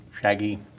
shaggy